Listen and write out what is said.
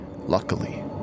Luckily